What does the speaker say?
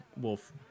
wolf